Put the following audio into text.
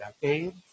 decades